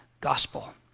gospel